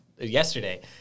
Yesterday